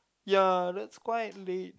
ya that's quite late